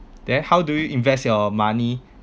then how do you invest your money